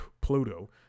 Pluto